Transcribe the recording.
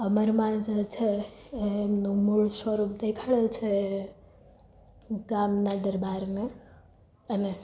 અમરમાં જે છે એ એમનું મૂળ સ્વરૂપ દેખાડેલ છે ગામના દરબારને અને